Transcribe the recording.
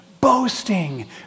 Boasting